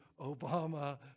Obama